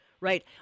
Right